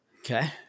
Okay